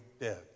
dead